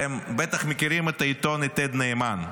אתם בטח מכירים את העיתון יתד נאמן,